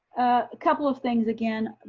a couple of things, again,